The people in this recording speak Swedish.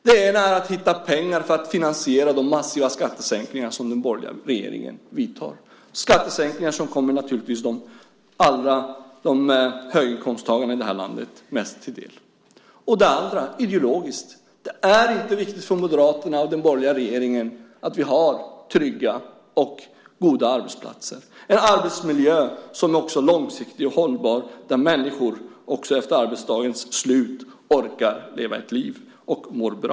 Det ena är att hitta pengar för att finansiera de massiva skattesänkningar som den borgerliga regeringen vidtar, skattesänkningar som naturligtvis mest kommer höginkomsttagarna i landet till del. Det andra skälet är ideologiskt. Det är inte viktigt för Moderaterna och den borgerliga regeringen att vi har trygga och goda arbetsplatser och en långsiktigt hållbar arbetsmiljö som gör att människor också efter arbetsdagens slut orkar leva ett liv och mår bra.